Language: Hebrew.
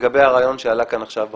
לגבי הרעיון שעלה כאן עכשיו בדיון.